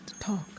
talk